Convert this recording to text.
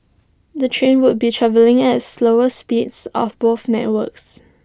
the trains would be travelling at slower speeds of both networks